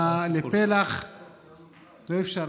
אי-אפשר,